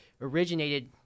originated